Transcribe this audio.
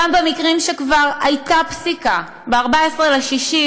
גם במקרים שכבר הייתה פסיקה, ב-14 ביוני,